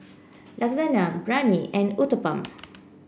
Lasagna Biryani and Uthapam